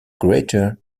greater